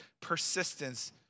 persistence